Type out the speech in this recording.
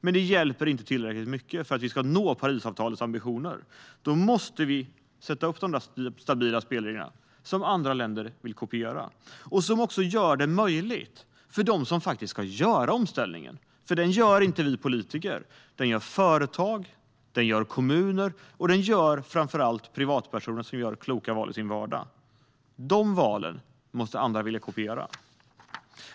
Men det hjälper inte tillräckligt mycket för att vi ska nå Parisavtalets ambitioner. Vi måste skapa stabila spelregler som andra länder vill kopiera och som gör omställningen möjlig för dem som faktiskt ska göra den. Det är inte vi politiker som gör den. Det är företag, kommuner och framför allt privatpersoner som gör kloka val i sin vardag. De valen måste andra vilja kopiera.